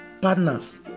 partners